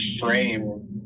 frame